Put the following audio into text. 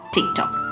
TikTok